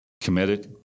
Committed